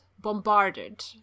bombarded